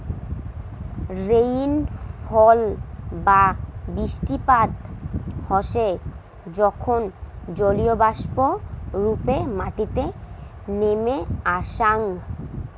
rainfall বা বৃষ্টিপাত হসে যখন জলীয়বাষ্প রূপে মাটিতে নেমে আসাং